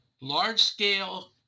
large-scale